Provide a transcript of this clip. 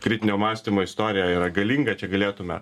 kritinio mąstymo istorija yra galinga čia galėtume